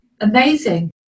Amazing